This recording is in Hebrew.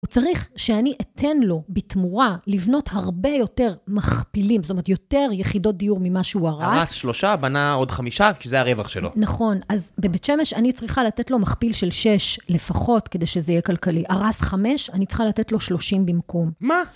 הוא צריך שאני אתן לו בתמורה לבנות הרבה יותר מכפילים, זאת אומרת יותר יחידות דיור ממה שהוא הרס. הרס שלושה, בנה עוד חמישה, כי זה הרווח שלו. נכון, אז בבית שמש אני צריכה לתת לו מכפיל של שש לפחות, כדי שזה יהיה כלכלי. הרס חמש, אני צריכה לתת לו שלושים במקום. מה?